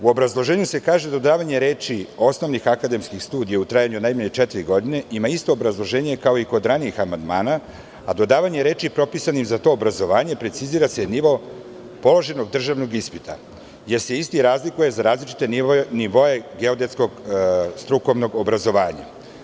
U obrazloženju se kaže dodavanje reči: "osnovnih akademskih studija u trajanju od najmanje četiri godine" ima isto obrazloženje kao i kod ranijih amandmana, a dodavanje reči: "propisanim za to obrazovanje" precizira se nivo položenog državnog ispita, jer se isti razlikuje za različite nivoe geodetskog strukovnog obrazovanja"